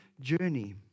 journey